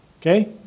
Okay